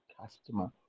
customer